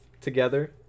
together